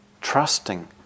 Trusting